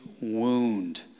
wound